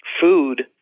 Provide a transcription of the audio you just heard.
food